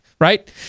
right